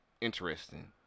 interesting